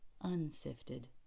unsifted